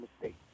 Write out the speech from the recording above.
mistake